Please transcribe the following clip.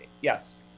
Yes